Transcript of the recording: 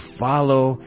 follow